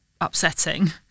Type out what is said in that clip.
upsetting